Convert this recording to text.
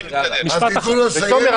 תומר,